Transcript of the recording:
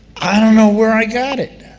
i don't know where i got it,